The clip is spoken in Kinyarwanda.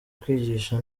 kwigisha